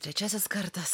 trečiasis kartas